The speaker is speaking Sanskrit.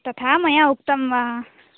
तथा मया उक्तं वा